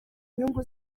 inyungu